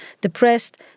depressed